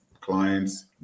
clients